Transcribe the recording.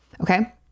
Okay